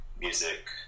music